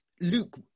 Luke